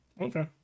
okay